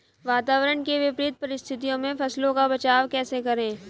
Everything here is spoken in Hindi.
वातावरण की विपरीत परिस्थितियों में फसलों का बचाव कैसे करें?